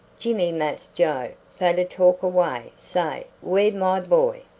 jimmy, mass joe fader talk away, say, where my boy